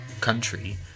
country